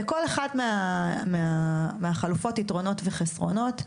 לכל אחת מהחלופות יתרונות וחסרונות,